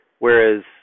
Whereas